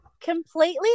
completely